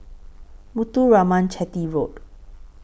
Muthuraman Chetty Road